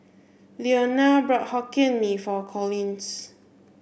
Leona bought Hokkien Mee for Collins